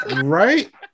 Right